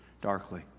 darkly